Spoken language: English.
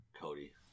Cody